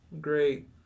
Great